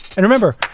and remember,